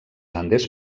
andes